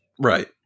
Right